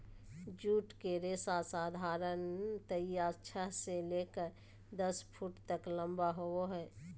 jute के रेशा साधारणतया छह से लेकर दस फुट तक लम्बा होबो हइ